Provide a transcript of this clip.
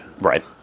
Right